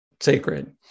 sacred